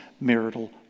marital